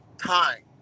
time